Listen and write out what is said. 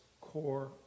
core